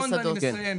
משפט אחרון ואני מסיים.